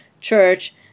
church